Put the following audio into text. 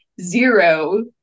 zero